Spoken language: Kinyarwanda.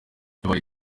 yabaye